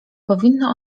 powinno